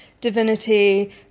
divinity